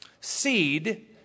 Seed